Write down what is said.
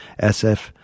sf